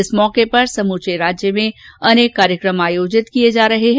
इस अवसर पर समूचे राज्य में अनेक कार्यक्रम आयोजित किये जा रहे हैं